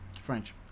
French